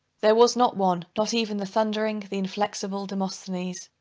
there was not one, not even the thundering, the inflexible demosthenes,